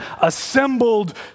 assembled